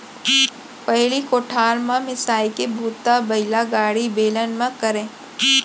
पहिली कोठार म मिंसाई के बूता बइलागाड़ी, बेलन म करयँ